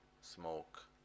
smoke